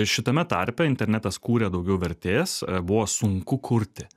šitame tarpe internetas kūrė daugiau vertės buvo sunku kurti